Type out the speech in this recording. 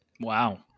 Wow